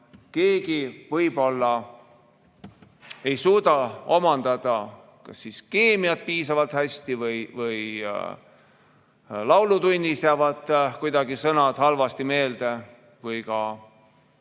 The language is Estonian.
keegi võib-olla ei suuda omandada kas siis keemiat piisavalt hästi või laulutunnis jäävad kuidagi sõnad halvasti meelde. Või noh,